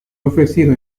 ofrecido